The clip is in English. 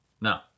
no